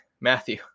Matthew